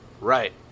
Right